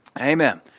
Amen